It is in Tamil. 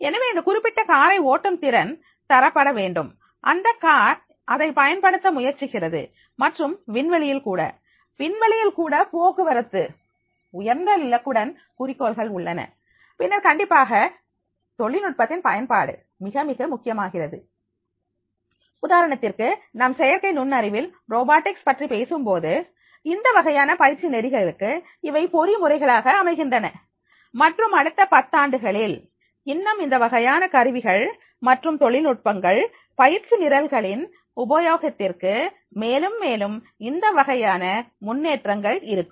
எனவே இந்த குறிப்பிட்ட காரை ஓட்டும் திறன் தரப்பட வேண்டும் அந்த கார் அதை பயன்படுத்த முயற்சிக்கிறது மற்றும் விண்வெளியில் கூட விண்வெளியில் கூட போக்குவரத்து உயர்ந்த இலக்குடன் குறிக்கோள்கள் உள்ளன பின்னர் கண்டிப்பாக தொழில்நுட்பத்தின் பயன்பாடு மிக மிக முக்கியமாகிறது உதாரணத்திற்கு நாம் செயற்கை நுண்ணறிவில் ரோபோட்டிக்ஸ் பற்றிப் பேசும்போது இந்த வகையான பயிற்சி நெறிகளுக்கு இவை பொறிமுறைகளாக அமைகின்றன மற்றும் அடுத்த பத்தாண்டுகளில் இன்னும் இந்த வகையான கருவிகள் மற்றும் தொழில்நுட்பங்கள் பயிற்சி நிரல்களின் உபயோகத்திற்கு மேலும் மேலும் இந்த வகையான முன்னேற்றங்கள் இருக்கும்